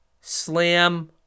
slam